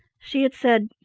she had said,